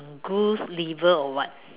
goose liver or what